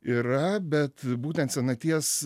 yra bet būtent senaties